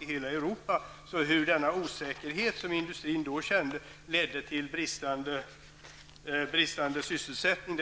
i hela Europa. Jag kan inte förstå hur den osäkerhet som industrin då kände ledde till bristande sysselsättning.